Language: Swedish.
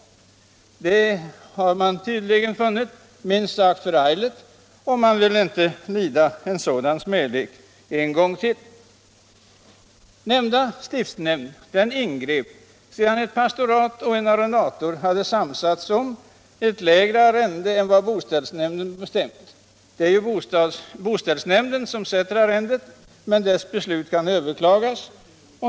Detta har man tydligen funnit minst sagt förargligt, och man vill inte lida en sådan smälek en gång till. Stiftsnämnden ingrep sedan ett pastorat och en arrendator hade samsats om ett lägre arrende än vad boställsnämnden bestämt. Det är boställsnämnden som sätter arrendet, men dess beslut kan överklagas.